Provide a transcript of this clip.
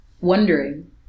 wondering